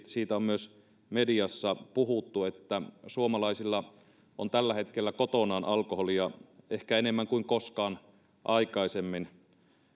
siitä on myös mediassa puhuttu että suomalaisilla on tällä hetkellä kotonaan alkoholia ehkä enemmän kuin koskaan aikaisemmin